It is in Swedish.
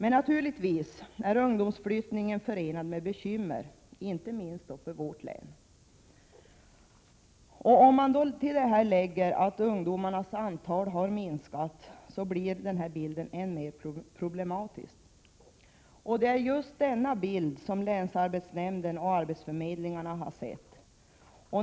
Naturligtvis är ungdomsflyttningen förenad med bekymmer, inte minst för vårt län. Om man till detta lägger att ungdomarnas antal har minskat blir bilden än mer problematisk. Det är just denna bild som länsarbetsnämnden och arbetsförmedlingarna har sett.